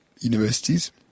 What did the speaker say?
universities